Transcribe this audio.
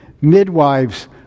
midwives